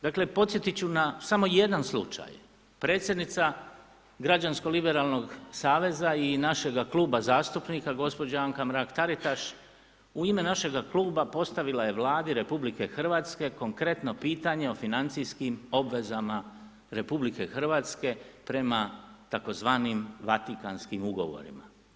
Dakle, podsjetiti ću samo na samo jedan slučaj. predsjednica Građansko liberalnog saveza i našega kluba zastupnica gđa. Anka Mrak Taritaš u ime našega kluba postavila je Vladi RH konkretno pitanje o financijskim obvezama RH prema tzv. Vatikanskim ugovorima.